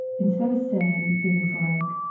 instead of saying things like,